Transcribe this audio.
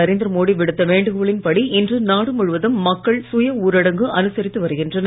நரேந்திர மோடி விடுத்த வேண்கோளின்படி இன்று நாடு முழுவதும் மக்கள் சுய ஊரடங்கு அனுசரித்து வருகின்றனர்